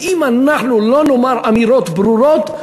אם אנחנו לא נאמר אמירות ברורות,